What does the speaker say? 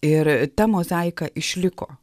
ir ta mozaika išliko